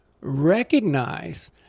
recognize